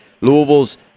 Louisville's